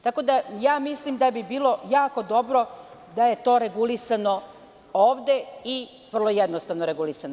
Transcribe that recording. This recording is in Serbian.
Tako, da mislim da bi bilo jako dobro, da je to regulisano ovde i vrlo jednostavno regulisano.